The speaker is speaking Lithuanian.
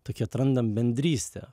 tokią atrandam bendrystę